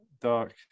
dark